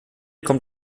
kommt